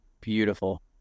beautiful